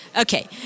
Okay